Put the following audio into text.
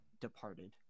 departed